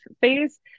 phase